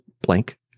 blank